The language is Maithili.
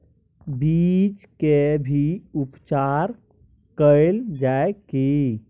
बीज के भी उपचार कैल जाय की?